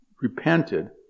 repented